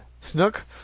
snook